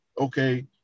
okay